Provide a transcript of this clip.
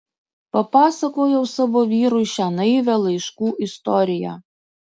papasakojau savo vyrui šią naivią laiškų istoriją